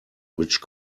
which